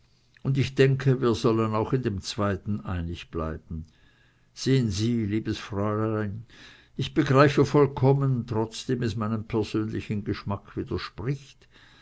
und ich denke wir sollen auch in dem zweiten einig bleiben sehen sie liebes fräulein ich begreife vollkommen trotzdem es meinem persönlichen geschmack widerspricht